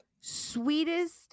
sweetest